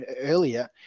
earlier